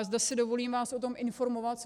Zde si dovolím vás o tom informovat.